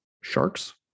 Sharks